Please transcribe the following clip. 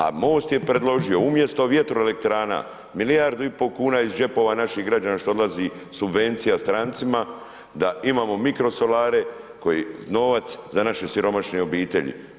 A MOST je predložio umjesto vjetroelektrana milijardu i pol kuna iz džepova naših građana što odlazi subvencija strancima da imamo mikrosolare koji novac za naše siromašne obitelji.